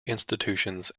institutions